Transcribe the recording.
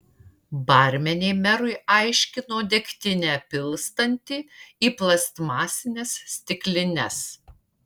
barmenė merui aiškino degtinę pilstanti į plastmasines stiklines